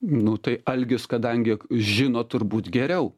nu tai algis kadangi žino turbūt geriau